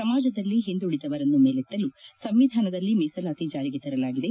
ಸಮಾಜದಲ್ಲಿ ಹಿಂದುಳದವರನ್ನು ಮೇಲೆತ್ತಲು ಸಂವಿಧಾನದಲ್ಲಿ ಮೀಸಲಾತಿ ಜಾರಿಗೆ ತರಲಾಗಿದೆ